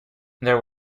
there